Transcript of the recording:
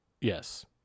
yes